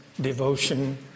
devotion